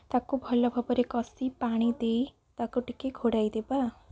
ତାକୁ ଭଲ ଭାବରେ କଷି ପାଣି ଦେଇ ତାକୁ ଟିକିଏ ଘୋଡ଼ାଇ ଦେବା